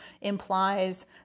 implies